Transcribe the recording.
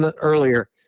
earlier